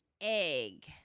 egg